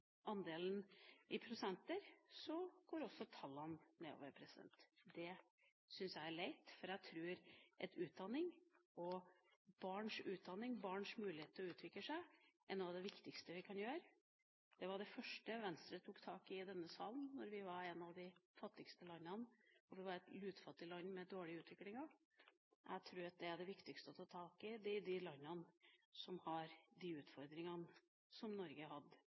andelen i prosenter, går også tallene nedover. Det syns jeg er leit, for jeg tror at utdanning, barns utdanning og deres muligheter til å utvikle seg er noe av det viktigste vi kan gjøre. Det var det første Venstre tok tak i i denne salen da vi var et av de fattigste landene – et lutfattig land, med dårlig utvikling. Jeg tror det er det viktigste å ta tak i i de landene som har de utfordringene som Norge hadde